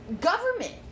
government